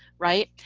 right.